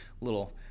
little